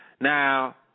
Now